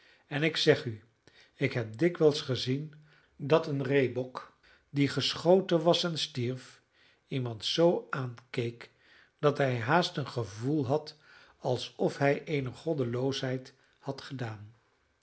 en ik zeg u ik heb dikwijls gezien dat een reebok die geschoten was en stierf iemand zoo aankeek dat hij haast een gevoel had alsof hij eene goddeloosheid had gedaan